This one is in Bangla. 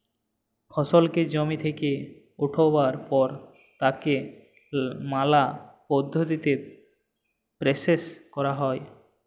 ফসলকে জমি থেক্যে উঠাবার পর তাকে ম্যালা পদ্ধতিতে প্রসেস ক্যরা হ্যয়